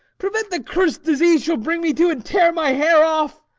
prevent the curs'd disease she ll bring me to, and tear my hair off.